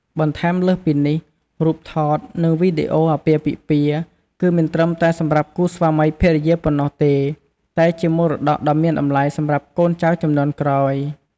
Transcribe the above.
បន្ថែមលើសពីនេះ រូបថត និងវីដេអូអាពាហ៍ពិពាហ៍ គឺមិនត្រឹមតែសម្រាប់គូស្វាមីភរិយាប៉ុណ្ណោះទេ តែជាមរតកដ៏មានតម្លៃសម្រាប់កូនចៅជំនាន់ក្រោយ។